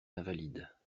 invalides